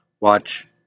Watch